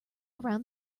around